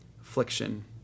affliction